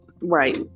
right